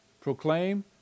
Proclaim